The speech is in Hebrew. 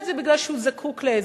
אני במקום דוד אזולאי עכשיו.